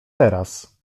teraz